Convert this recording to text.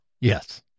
yes